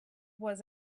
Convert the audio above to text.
was